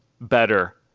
better